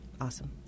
Awesome